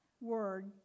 word